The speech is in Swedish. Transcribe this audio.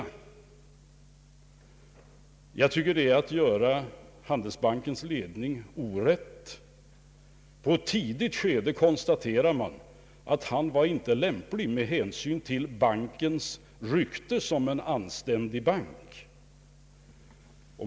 Jag tycker det är att göra Handelsbankens ledning orätt. I ett tidigt skede konstaterade bankens ledning att han inte var lämplig med hänsyn till bankens rykte som en anständig bank.